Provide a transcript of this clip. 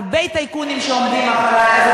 הרבה טייקונים שעומדים מאחורי.